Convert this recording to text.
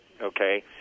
okay